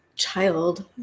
child